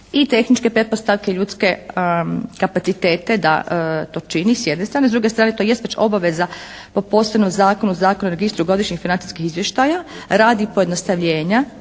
i tehničke pretpostavke, ljudske kapacitete da to čini s jedne strane, s druge strane to jest već obaveza po posebnom zakonu, Zakonu o registru godišnjih financijskih izvještaja radi pojednostavljenja